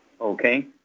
Okay